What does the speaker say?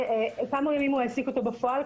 כמה ימים הוא העסיק אותו בפועל,